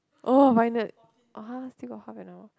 oh finally ah still got half an hour